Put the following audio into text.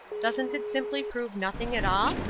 doesn't it simply prove nothing at all?